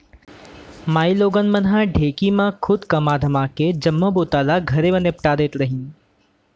माइलोगन मन ह ढेंकी म खुंद कमा धमाके जम्मो बूता ल घरे म निपटा देत रहिन